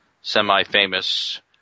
semi-famous